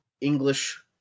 English